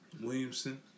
Williamson